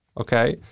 okay